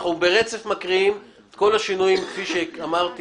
אנחנו מקריאים ברצף את כל השינויים כפי שאמרתי